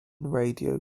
radio